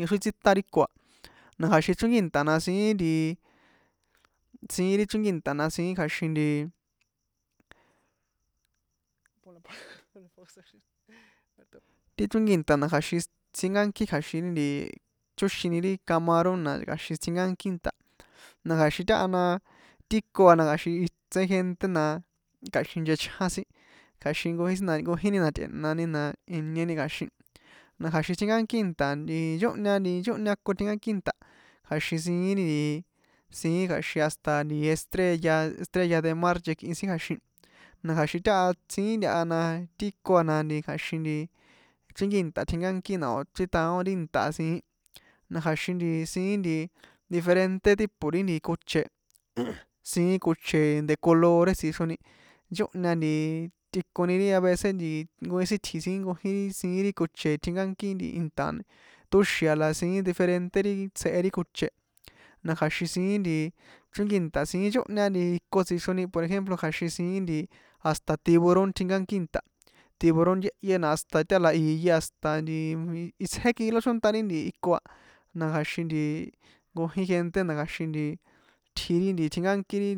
Nti tsítan ri ko a na kja̱xin chrínki inta na siín nti siín ri chrínki inta na siín kja̱xin nti, ti chrínki nta na kja̱xin sínkankí kja̱xin nti chóxinii ri camaron na kja̱xin sínkánki nta na kja̱xin taha na ti ko a na kja̱xin itse gente na kjaxin nchechján sin kja̱xin nkojín sin na nkojíni na tꞌe̱nani na inieni kja̱xin na kja̱xin tjinkánki nta nchóhña nti nchóhña ko tjinkánki nta kja̱xin siín nti siín kja̱xin hasta nti estrella estrella de mar nchekꞌin sin kja̱xin na kja̱xin táha siín ntaha na tiiko a na kja̱xin chrínkí nta tjinkánkí na o̱ chrítaón ri nta a siín na kja̱xin nti siín nti diferente tipo ri nti koche jjj siín koche de colores tsixroni nchóhña nti tꞌikoni ri a vece nti nkojín sin tji̱ sin nkojín ri siín ri koche tjinkánkí nti inta mé tóxin a la siín diferente ri tsjehe ri koche na kja̱xin siín ntii chrínkí nta siín nchóhña nti iko por ejemplo kja̱xin siín hasta tiburón tjinkánki inta tiburón yéhye na hasta taha na iye hasta nti istjé kilo chónta ri nti iko a na kja̱xin nti nkojín gente na kja̱xin nti tji ri tjinkánki ri